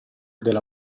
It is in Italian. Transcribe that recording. della